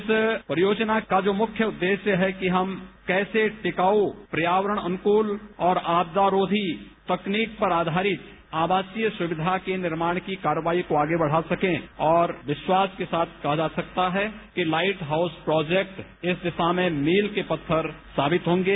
इस परियोजना का जो मुख्य उद्देश्य है कि हम कैसे टिकाऊ पर्यावरण अनुकूल और आपदारोघी तकनीक पर आधारित आवासीय सुविवा के निर्माण की कार्रवाई को आगे बढ़ा सके और विश्वास के साथ कहा जा सकता है कि लाइट हाउस प्रोजेक्ट इस दिशा में मील के पत्थर साबित होंगे